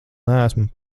neesmu